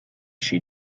she